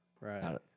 Right